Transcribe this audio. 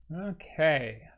Okay